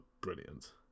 brilliant